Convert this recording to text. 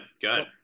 good